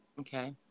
Okay